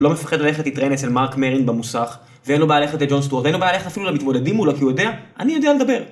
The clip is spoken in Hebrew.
לא מפחד ללכת להתראיין אצל מארק מרינד במוסך, ואין לו בעל ללכת לג'ון סטיוארט, אין לו בעיה ללכת אפילו למתמודדים מולו, כי הוא יודע, אני יודע לדבר